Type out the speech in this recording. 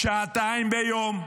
שעתיים ביום?